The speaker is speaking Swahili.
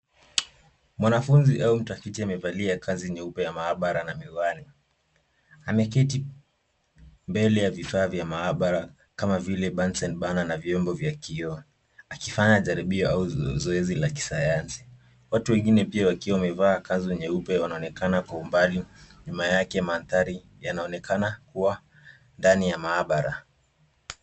Mwanafunzi au mtafiti, amevalia kanzu nyeupe ya maabara na miwani. Ameketi mbele ya vifaa vya maabara kama vile bunsen burner na vyombo vya kioo, akifanya jaribio au zoezi la kisayansi. Watu wengine pia wakiwa wamevaa kanzu nyeupe wanaonekana kwa umbali, nyuma yake mandhari yanaonekana kuwa ndani ya maabara.